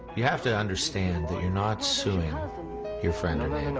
you have to understand that you're not suing your friend and and